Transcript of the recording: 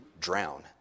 drown